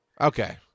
Okay